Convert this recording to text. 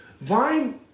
Vine